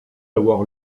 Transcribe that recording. avoir